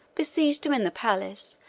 besieged him in the palace,